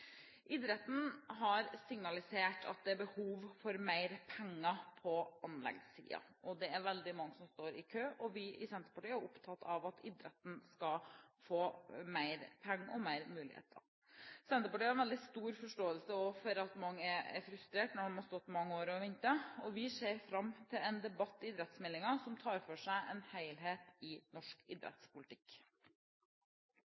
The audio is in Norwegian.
Idretten har signalisert at det er behov for mer penger på anleggssiden, og det er veldig mange som står i kø. Vi i Senterpartiet er opptatt av at idretten skal få mer penger og flere muligheter. Senterpartiet har veldig stor forståelse for at mange er frustrert, når man har ventet i mange år, og vi ser fram til en debatt om idrettsmeldingen som tar for seg en helhet i norsk